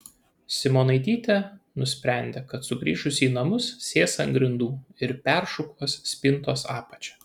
simonaitytė nusprendė kad sugrįžusi į namus sės ant grindų ir peršukuos spintos apačią